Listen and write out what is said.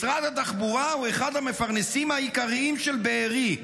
משרד התחבורה הוא אחד המפרנסים העיקריים של בארי.